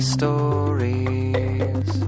stories